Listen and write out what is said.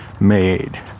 made